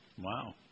Wow